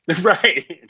Right